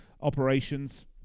operations